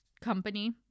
company